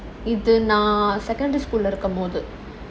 இது நான்:idhu naan secondary school lah இருக்கும்போது:irukumpothu